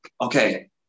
okay